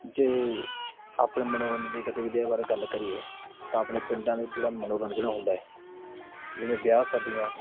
ਜੇ ਆਪਣੇ ਮਨੋਰੰਜਨ ਦੀ ਗਤੀਵਿਧੀਆਂ ਬਾਰੇ ਗੱਲ ਕਰੀਏ ਤਾਂ ਆਪਣੇ ਪਿੰਡਾਂ ਨੂੰ ਜਿਹੜਾ ਮਨੋਰੰਜਨ ਹੁੰਦਾ ਜਿਵੇਂ ਵਿਆਹ ਸ਼ਾਦੀਆਂ